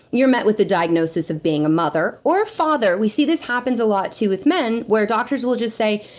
you're met with the diagnosis of being a mother, or a father. we see this happens a lot too with men, where doctors will just say,